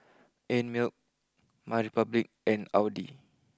Einmilk my Republic and Audi